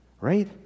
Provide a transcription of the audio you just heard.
right